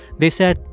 they said,